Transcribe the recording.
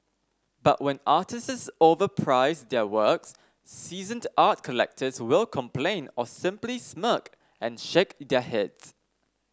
but when artists overprice their works seasoned art collectors will complain or simply smirk and shake their heads